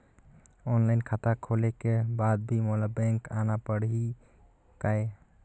Online खाता खोले के बाद भी मोला बैंक आना पड़ही काय?